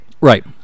Right